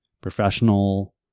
professional